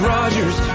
Rogers